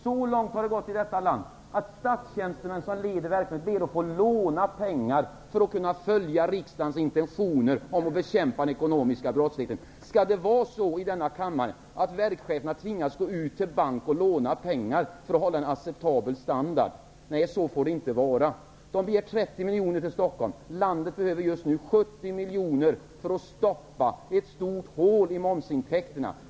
Så långt har det gått i vårt land att statstjänstemän som leder verksamheter ber att få låna pengar för att kunna följa riksdagens intentioner om att bekämpa den ekonomiska brottsligheten. Skall det vara så att verkscheferna skall tvingas låna pengar i banker för att kunna hålla en acceptabel standard på verksamheten? Så får det inte vara. De tre cheferna begär 30 miljoner till Stockholm. Landet behöver just nu 70 miljoner för att stoppa ett stort hål i momsintäkterna.